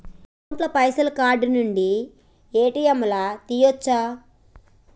Account ల పైసల్ card నుండి ఏ.టి.ఎమ్ లా తియ్యచ్చా?